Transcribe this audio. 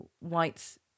whites